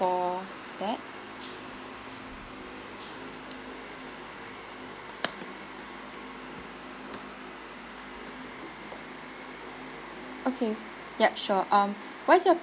for that okay ya sure um what's your